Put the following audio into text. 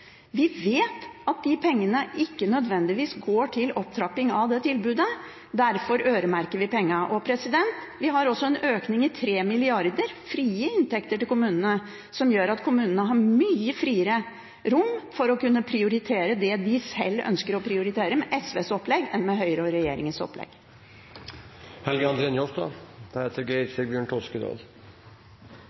Vi vet at pengene ikke nødvendigvis går til opptrapping av det tilbudet. Derfor øremerker vi pengene. Vi har også en økning på 3 mrd. kr i frie inntekter til kommunene, som gjør at kommunene har mye friere rom for å kunne prioritere det de sjøl ønsker å prioritere, med SVs opplegg enn med Høyres og regjeringens